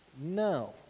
No